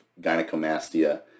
gynecomastia